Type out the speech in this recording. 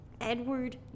Edward